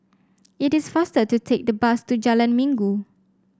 it is faster to take the bus to Jalan Minggu